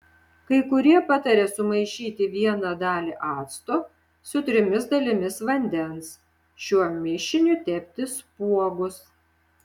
kai kurie pataria sumaišyti vieną dalį acto su trimis dalimis vandens šiuo mišiniu tepti spuogus